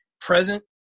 present